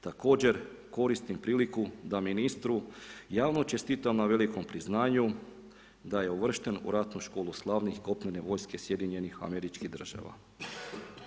Također koristim priliku da ministru javno čestitam na velikom priznanju da je uvršten u ratnu školu slavnih kopnene vojske SAD-a.